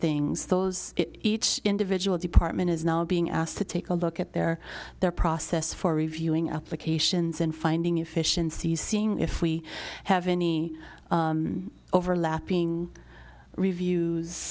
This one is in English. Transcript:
things those each individual department is now being asked to take a look at their their process for reviewing applications and finding efficiencies seeing if we have any overlapping reviews